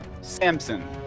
Samson